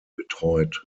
betreut